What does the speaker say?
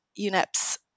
UNEP's